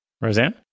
Roseanne